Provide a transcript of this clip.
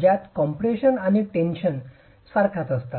ज्यात कॉम्प्रेशन आणि टेन्शन सारख्याच असतात